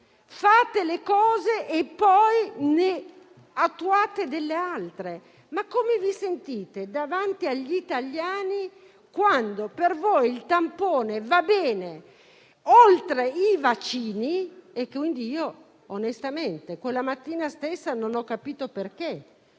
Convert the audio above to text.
Fate le cose e poi ne attuate delle altre. Come vi sentite davanti agli italiani quando per voi il tampone va bene oltre i vaccini? Quella mattina io non ho capito perché,